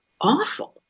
awful